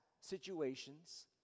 situations